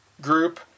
group